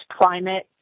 climate